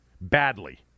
badly